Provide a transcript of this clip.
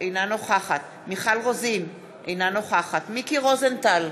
אינה נוכחת מיכל רוזין, אינה נוכחת מיקי רוזנטל,